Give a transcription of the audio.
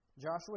Joshua